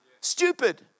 Stupid